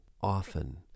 Often